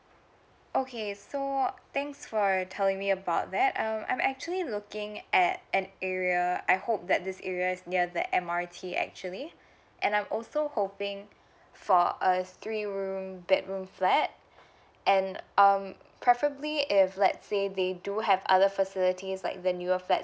okay so thanks for telling me about that um I'm actually looking at an area I hope that this area is near the M_R_T actually and I'm also hoping for a three room bedroom flat and um preferably if let's say they do have other facilities like the newer flat